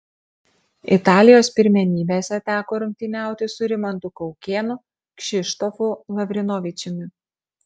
italijos pirmenybėse teko rungtyniauti su rimantu kaukėnu kšištofu lavrinovičiumi